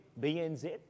BNZ